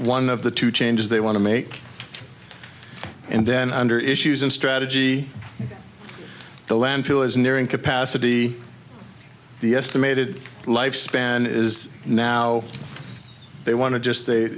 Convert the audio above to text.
one of the two changes they want to make and then under issues of strategy the landfill is nearing capacity the estimated lifespan is now they want to just s